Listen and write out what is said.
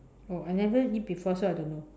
oh I never eat before so I don't know